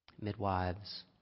Midwives